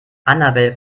annabel